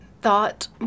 thought